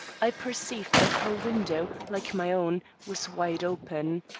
i perceived that her window, like my own, was wide open.